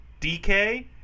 DK